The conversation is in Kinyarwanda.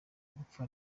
gupfa